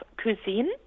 cuisine